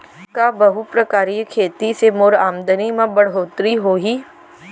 का बहुप्रकारिय खेती से मोर आमदनी म बढ़होत्तरी होही?